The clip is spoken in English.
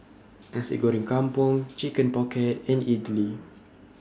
Nasi Goreng Kampung Chicken Pocket and Idly